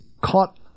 caught